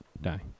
die